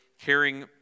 caring